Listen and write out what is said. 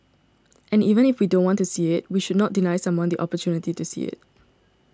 and even if we don't want to see it we should not deny someone the opportunity to see it